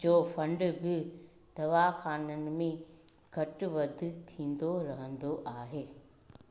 जो फंड बि दवाख़ाननि में घटि वधु थींदो रहंदो आहे